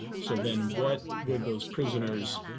so then what would those prisoners